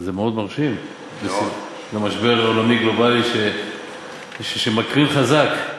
זה מאוד מרשים ביחס למשבר עולמי גלובלי שמקרין חזק,